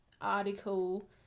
article